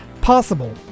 possible